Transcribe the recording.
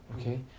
okay